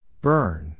Burn